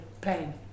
playing